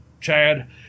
Chad –